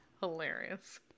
Hilarious